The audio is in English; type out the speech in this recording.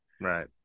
right